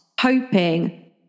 hoping